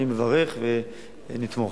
אני מברך, ונתמוך.